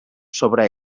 sobre